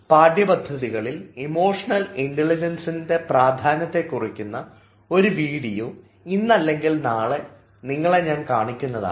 പാഠ്യപദ്ധതികളിൽ emotional ഇൻറലിജൻസിൻറെ പ്രാധാന്യത്തെ കുറിക്കുന്ന ഒരു വീഡിയോ ഇന്നല്ലെങ്കിൽ നാളെ നിങ്ങളെ ഞാൻ കാണിക്കുന്നതാണ്